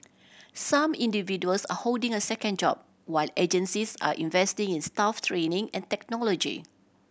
some individuals are holding a second job while agencies are investing in staff training and technology